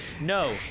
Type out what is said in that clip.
No